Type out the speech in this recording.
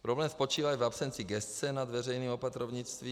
Problém spočívá i v absenci gesce nad veřejným opatrovnictvím.